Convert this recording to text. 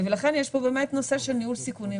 ולכן יש פה נושא של ניהול סיכונים,